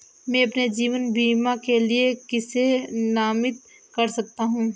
मैं अपने जीवन बीमा के लिए किसे नामित कर सकता हूं?